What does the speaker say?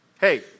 Hey